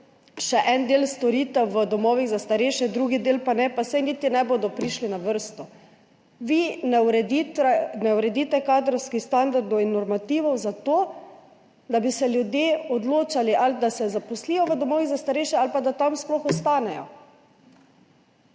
še en del storitev v domovih za starejše, drugi del pa ne – pa saj niti ne bodo prišli na vrsto. Vi ne uredite kadrovskih standardov in normativov zato, da bi se ljudje odločali, da se zaposlijo v domovih za starejše ali pa da tam sploh ostanejo.